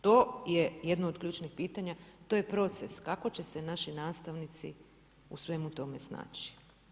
To je jedno od ključnih pitanja, to je proces kako će se naši nastavnici u svemu tome snaći.